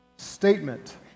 statement